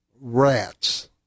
rats